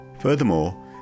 Furthermore